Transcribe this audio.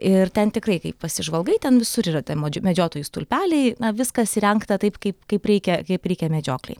ir ten tikrai kai pasižvalgai ten visur yra tie medžiotojų stulpeliai na viskas įrengta taip kaip kaip reikia kaip reikia medžioklei